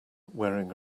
wearing